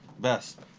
Best